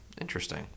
Interesting